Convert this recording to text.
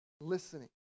listening